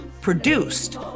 produced